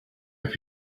have